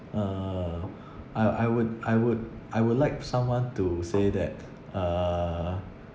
uh I I would I would I would like someone to say that uh